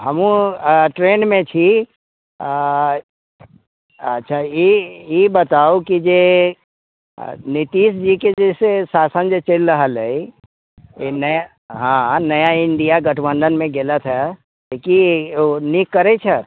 हमहूँ ट्रेनमे छी अच्छा ई बताउ कि जे नीतीशजीके जे शासन चलि रहल अइ ई नया नया इन्डिया गठबन्धनमे गेलैथ अइ कि ओ नीक करै छथि